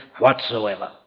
whatsoever